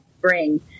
bring